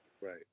Right